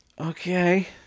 Okay